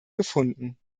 gefunden